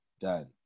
done